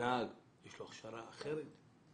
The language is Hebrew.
לנהג יש הכשרה אחרת?